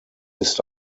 ist